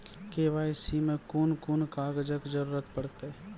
KYC मे कून कून कागजक जरूरत परतै?